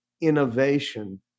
innovation